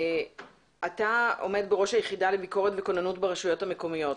אתה עומד בראש היחידה לביקורת וכוננות ברשויות המקומיות.